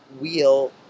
wheel